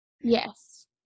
Yes